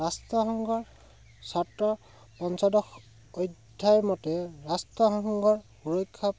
ৰাষ্ট্ৰসংঘৰ ছাত্ৰ পঞ্চদশ অধ্যায় মতে ৰাষ্ট্ৰসংঘৰ সুৰক্ষা